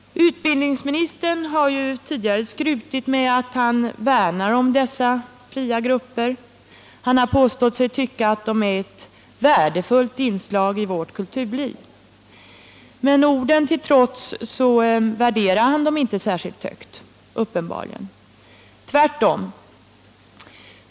Utbildningsministern har tidigare skrutit med att han värnar om dessa fria grupper. Han har påstått sig tycka att de är ett värdefullt inslag i vårt kulturliv. Men orden till trots värderar han dem uppenbarligen inte särskilt högt — tvärtom.